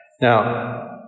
Now